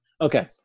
Okay